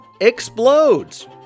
explodes